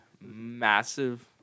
massive